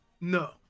No